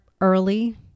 early